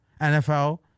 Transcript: NFL